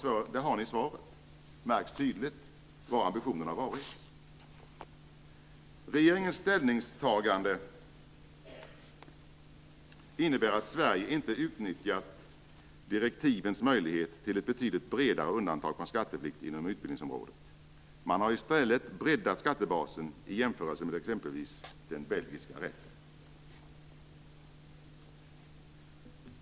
Där har ni svaret. Det märks tydligt vad ambitionen har varit. Regeringens ställningstagande innebär att Sverige inte utnyttjat direktivens möjlighet till ett betydligt bredare undantag från skatteplikt inom utbildningsområdet. Man har i stället breddat skattebasen i jämförelse med exempelvis den belgiska rätten.